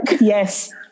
Yes